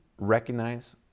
recognize